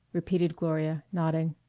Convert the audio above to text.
repeated gloria, nodding.